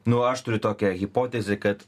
nu aš turiu tokią hipotezę kad